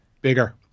Bigger